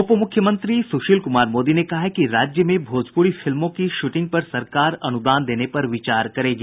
उप मुख्यमंत्री सुशील कुमार मोदी ने कहा है कि राज्य में भोजपुरी फिल्मों की शूटिंग पर सरकार अनुदान देने का विचार करेगी